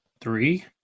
Three